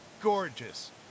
gorgeous